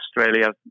Australia